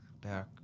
Back